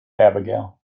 abigail